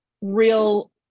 real